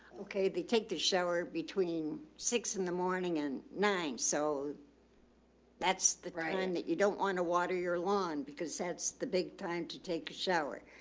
okay. they take the shower between six in the morning and nine. so that's the one that you don't want to water your lawn because that's the big time to take a shower.